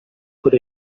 good